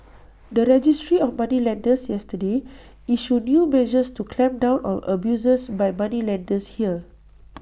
the registry of moneylenders yesterday issued new measures to clamp down on abuses by moneylenders here